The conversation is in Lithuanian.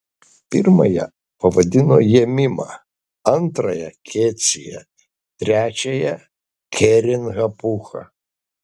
pirmąją pavadino jemima antrąją kecija ir trečiąją keren hapucha